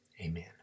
amen